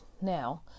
now